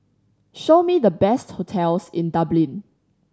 show me the best hotels in Dublin